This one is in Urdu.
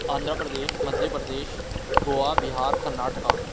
آندھرا پردیش مدھیہ پردیش گووا بِہار کرناٹکا